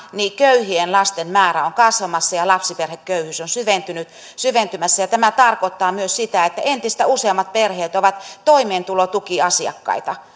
köyhien lasten määrä on kasvamassa ja lapsiperheköyhyys on syventymässä ja tämä tarkoittaa myös sitä että entistä useammat perheet ovat toimeentulotukiasiakkaita